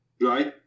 right